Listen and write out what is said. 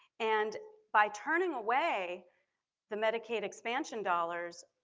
and by turning away the medicaid expansion dollars,